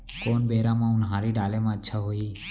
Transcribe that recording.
कोन बेरा म उनहारी डाले म अच्छा होही?